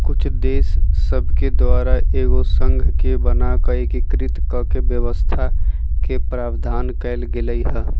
कुछ देश सभके द्वारा एगो संघ के बना कऽ एकीकृत कऽकेँ व्यवस्था के प्रावधान कएल गेल हइ